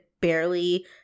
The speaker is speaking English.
barely